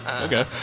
Okay